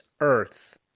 earth